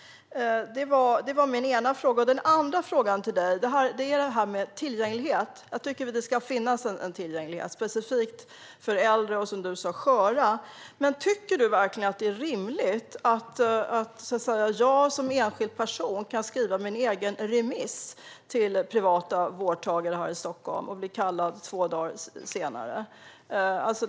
Det är min ena fråga. Min andra fråga till dig är om det här med tillgänglighet. Jag tycker att det ska finnas tillgänglighet specifikt för äldre och, som du sa, sköra. Men tycker du verkligen att det är rimligt att jag som enskild person kan skriva min egen remiss till privata vårdgivare här i Stockholm och bli kallad två dagar senare?